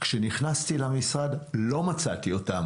כשנכנסתי למשרד לא מצאתי אותו.